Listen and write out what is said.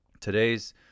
Today's